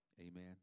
amen